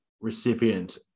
recipient